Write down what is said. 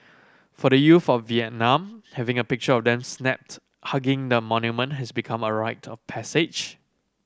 for the youth of Vietnam having a picture of them snapped hugging the monument has become a rite of passage